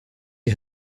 est